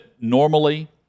normally